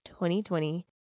2020